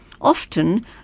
Often